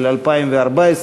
של 2014,